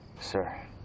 sir